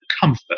comfort